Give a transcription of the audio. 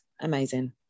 amazing